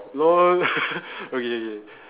lol okay K